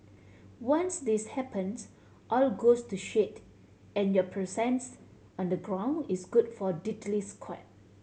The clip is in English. once this happens all goes to shit and your presence on the ground is good for diddly squat